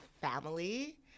family